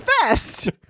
fast